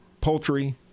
Poultry